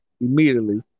immediately